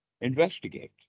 investigate